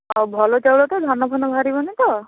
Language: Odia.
ଆଉ ଭଲ ଚାଉଳ ତ ଧାନ ଫାନ ବାହାରିବନି ତ